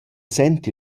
sent